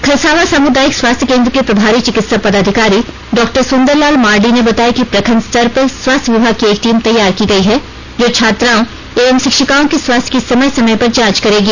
खरसावां सामुदायिक स्वास्थ्य केंद्र के प्रभारी चिकित्सा पदाधिकारी डॉ सुंदरलाल मार्डी ने बताया कि प्रखंड स्तर पर स्वास्थ्य विभाग की एक टीम तैयार की गई है जो छात्राओं एवं शिक्षिकाओं के स्वास्थ्य की समय समय पर जांच करेगी